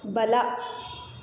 ಬಲ